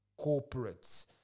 corporates